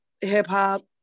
hip-hop